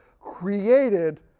created